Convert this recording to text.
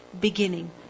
beginning